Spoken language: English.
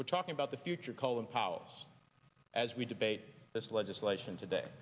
we're talking about the future colin powells as we debate this legislation today